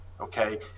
okay